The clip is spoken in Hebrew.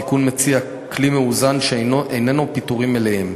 התיקון מציע כלי מאוזן שאיננו פיטורים מלאים.